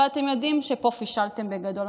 אבל אתם יודעים שפה פישלתם בגדול,